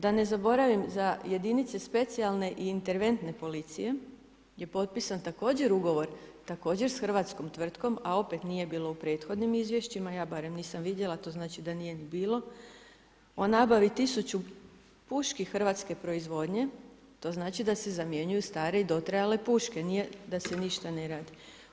Da ne zaboravim za jedinice specijalne i interventne policije je potpisan također ugovor, također s hrvatskom tvrtkom a opet nije bilo u prethodnim izvješćima, ja barem nisam vidjela, to znači da nije ni bilo o nabavi 1000 puški hrvatske proizvodnje, to znači da se zamjenjuju stare i dotrajale puške, nije da se ništa ne radi.